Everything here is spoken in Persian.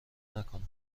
نکنم